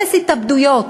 אפס התאבדויות.